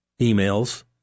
emails